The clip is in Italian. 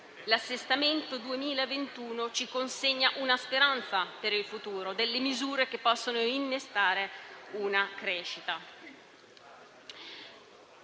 l'assestamento 2021 ci consegna una speranza per il futuro e delle misure che possono innestare una crescita.